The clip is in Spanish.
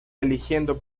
eligiendo